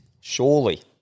Surely